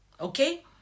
Okay